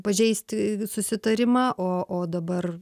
pažeisti susitarimą o o dabar